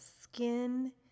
skin